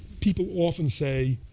people often say,